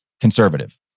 conservative